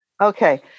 Okay